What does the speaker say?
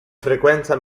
frequenza